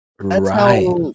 Right